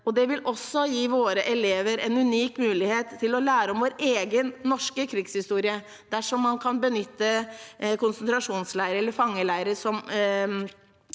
Det vil også gi våre elever en unik mulighet til å lære om vår egen norske krigshistorie dersom man kan benytte konsentrasjonsleirer eller fangeleirer som